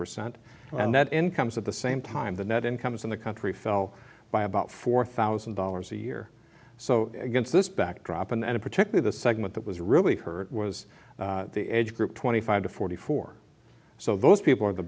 percent and that incomes at the same time the net incomes in the country fell by about four thousand dollars a year so against this backdrop and in particular the segment that was really hurt was the age group twenty five to forty four so those people are the